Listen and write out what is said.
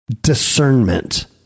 discernment